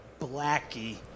Blackie